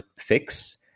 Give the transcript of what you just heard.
fix